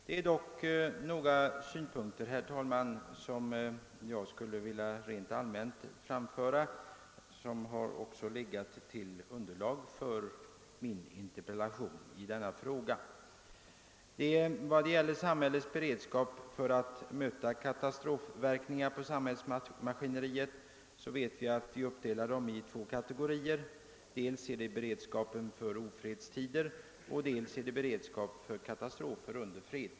Det är dock några synpunkter, herr talman, som jag rent allmänt skulle vilja framföra och som också har legat till grund för min interpellation. Vad gäller samhällets beredskap för att möta katastrofverkningar på samhällsmaskineriet vet jag att den uppdelas i två kategorier: dels beredskapen för ofredstider och dels beredskapen för katastrofer under fred.